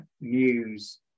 news